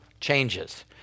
changes